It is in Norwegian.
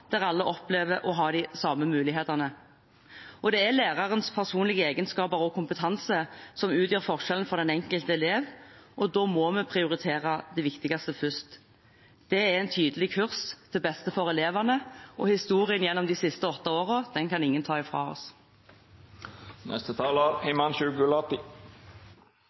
der alle opplever å ha de samme mulighetene. Det er lærerens personlige egenskaper og kompetanse som utgjør forskjellen for den enkelte elev, og da må vi prioritere det viktigste først. Det er en tydelig kurs til beste for elevene. Historien gjennom de siste åtte årene kan ingen ta fra oss.